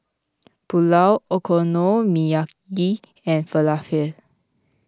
Pulao Okonomiyaki and Falafel